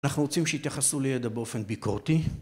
אנחנו רוצים שיתייחסו לידע באופן ביקורתי